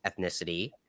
ethnicity